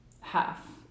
half